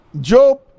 Job